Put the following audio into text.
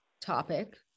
topic